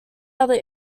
other